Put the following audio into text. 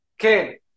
Okay